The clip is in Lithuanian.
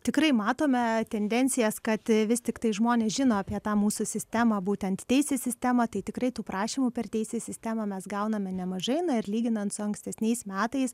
tikrai matome tendencijas kad vis tiktai žmonės žino apie tą mūsų sistemą būtent teisės sistemą tai tikrai tų prašymų per teisės sistemą mes gauname nemažai na ir lyginant su ankstesniais metais